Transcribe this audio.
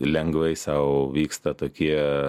lengvai sau vyksta tokie